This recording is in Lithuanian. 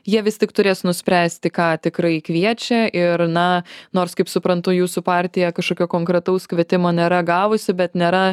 jie vis tik turės nuspręsti ką tikrai kviečia ir na nors kaip suprantu jūsų partija kažkokio konkretaus kvietimo nėra gavusi bet nėra